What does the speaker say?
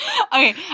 Okay